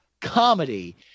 comedy